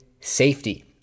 safety